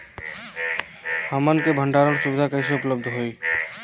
हमन के भंडारण सुविधा कइसे उपलब्ध होई?